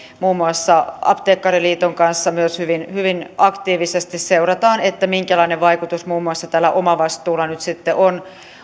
muun muassa apteekkariliiton kanssa myös hyvin hyvin aktiivisesti seurataan minkälainen vaikutus muun muassa tällä omavastuulla nyt sitten on